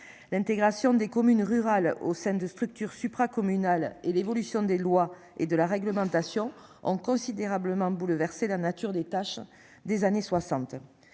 L'intégration des communes rurales au sein de structures supra-communal et l'évolution des lois et de la réglementation en considérablement bouleversé la nature des tâches des années 60.